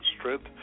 strength